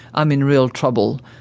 i'm in real trouble,